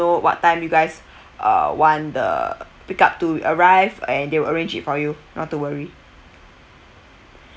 know what time you guys uh want the pick up to arrive and they will arrange it for you not too worry